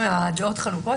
הבעיה,